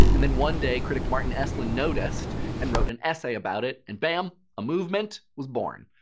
and then, one day, critic martin esslin noticed and wrote an essay about it, and bam a movement was born.